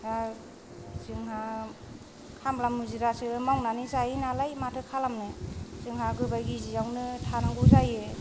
दा जोंहा खामला हाजिरासो मावनानै जायो नालाय माथो खालामनो जोंहा गोबाय गिजियावनो थानांगौ जायो